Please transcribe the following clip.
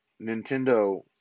Nintendo